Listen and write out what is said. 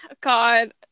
God